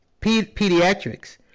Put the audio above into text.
pediatrics